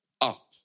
up